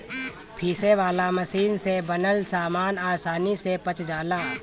पीसे वाला मशीन से बनल सामान आसानी से पच जाला